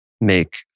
make